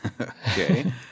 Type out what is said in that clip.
okay